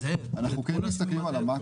אנחנו כן מסתכלים על המקרו,